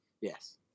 Yes